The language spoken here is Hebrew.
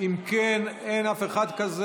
אם כן, אין אף אחד כזה.